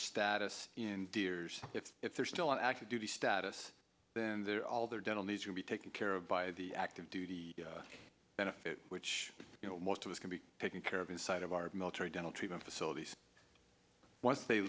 status in deer's if if they're still on active duty status then there are all their dental needs to be taken care of via the active duty benefits which you know most of us can be taken care of inside of our military dental treatment facilities once they